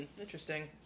interesting